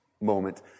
moment